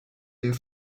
der